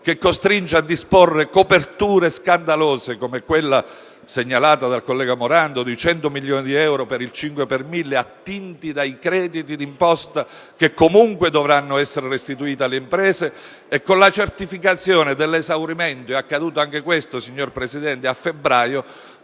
che costringe a disporre coperture scandalose (come quella segnalata dal collega Morando di 100 milioni di euro per il 5 per mille attinti dai crediti d'imposta che, comunque, dovranno essere restituiti alle imprese) e con la certificazione dell'esaurimento ‑ è accaduto anche questo, signor Presidente ‑ a febbraio